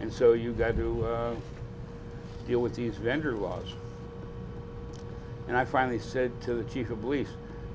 and so you've got to deal with these vendor was and i finally said to the chief of police